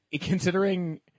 considering